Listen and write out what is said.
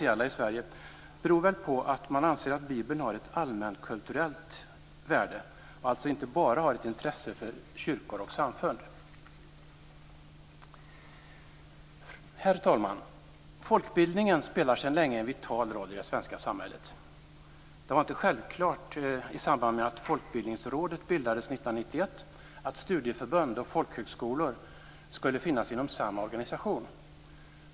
Att det ändå har varit så beror väl på att man anser att Bibeln har ett allmänkulturellt värde och alltså inte bara är av intresse för kyrkor och samfund. Herr talman! Folkbildningen spelar sedan länge en vital roll i det svenska samhället. Det var i samband med att Folkbildningsrådet bildades 1991 inte självklart att studieförbund och folkhögskolor skulle finnas inom samma organisation.